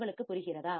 உங்களுக்கு புரிகிறதா